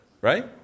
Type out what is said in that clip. Right